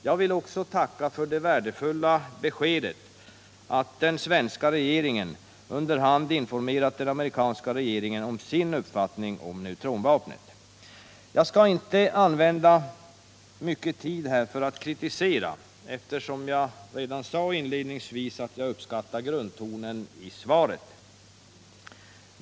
Jag tackar också för det värdefulla beskedet att den svenska regeringen ”under hand informerat den amerikanska regeringen om sin uppfattning om neutronvapnet”. Jag skall inte här använda mycket tid åt att kritisera, eftersom jag — som jag sade inledningsvis — uppskattar grundtonen i svaret.